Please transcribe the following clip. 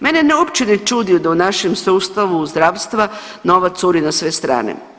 Mene uopće ne čudi da u našem sustavu zdravstva novac curi na sve strane.